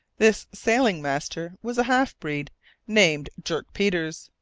this sailing-master was a half-breed named dirk peters,